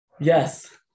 Yes